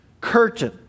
curtain